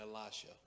Elisha